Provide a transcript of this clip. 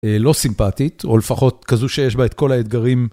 לא סימפטית, או לפחות כזו שיש בה את כל האתגרים.